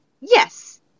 Yes